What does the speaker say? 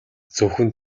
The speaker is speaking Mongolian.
зөвхөн